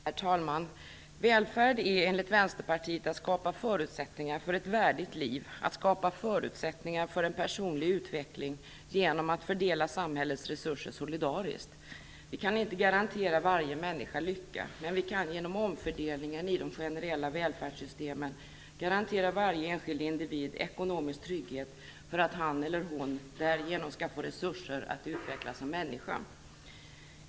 Herr talman! Välfärd är enligt Vänsterpartiet att skapa förutsättningar för ett värdigt liv, att skapa förutsättningar för en personlig utveckling genom att fördela samhällets resurser solidariskt. Vi kan inte garantera varje människa lycka, men vi kan genom omfördelningen i de generella välfärdssystemen garantera varje enskild individ ekonomisk trygghet för att han eller hon därigenom skall få resurser att utvecklas som människa.